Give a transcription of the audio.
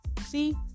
See